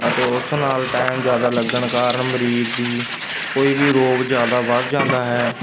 ਅਤੇ ਉਸ ਨਾਲ ਟਾਈਮ ਜ਼ਿਆਦਾ ਲੱਗਣ ਕਾਰਨ ਮਰੀਜ਼ ਦੀ ਕੋਈ ਵੀ ਰੋਗ ਜ਼ਿਆਦਾ ਵੱਧ ਜਾਂਦਾ ਹੈ